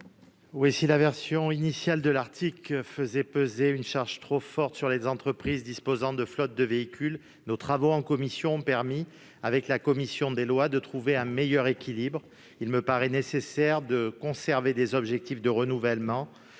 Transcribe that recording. ? Si la version initiale de l'article faisait peser une charge trop lourde sur les entreprises disposant de flottes de véhicules, les travaux de notre commission et de la commission des lois ont permis de trouver un meilleur équilibre. Il me paraît nécessaire de conserver des objectifs de renouvellement,